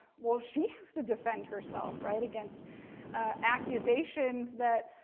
well she has to defend herself, right, against accusations that,